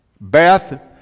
Beth